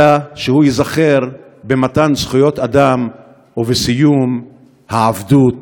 אלא ייזכר במתן זכויות אדם ובסיום העבדות